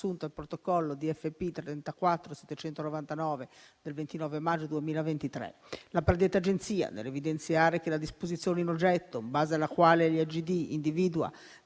a protocollo DFP 34799 del 29 maggio 2023.